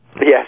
Yes